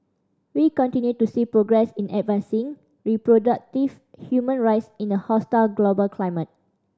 we continue to see progress in advancing reproductive human rights in a hostile global climate